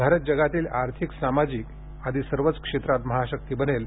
भारत जगातील आर्थिक सामाजिक आदी सर्वच क्षेत्रात महाशक्ती बनेल